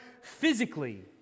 physically